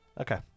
Okay